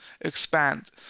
expand